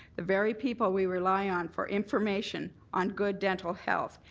the very people we rely on for information on good dental health,